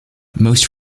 most